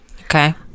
Okay